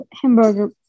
hamburger